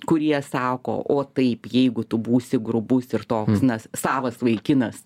kurie sako o taip jeigu tu būsi grubus ir toks na savas vaikinas